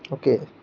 okay